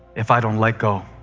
if i don't let go.